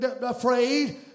afraid